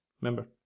remember